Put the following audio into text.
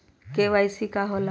KYC का होला?